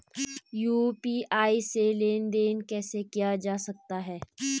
UPI से लेनदेन कैसे किया जा सकता है?